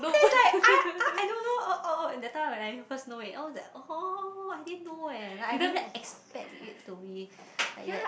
then is like ah ah I don't know oh oh and that time when I first know i was like orh I didn't know leh like I didn't even expect it to be like that